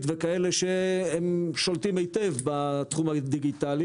וכאלה ששולטים היטב בתחום הדיגיטלי